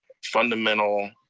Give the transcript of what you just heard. fundamental,